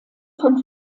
von